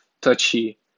touchy